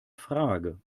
frage